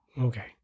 Okay